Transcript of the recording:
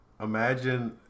imagine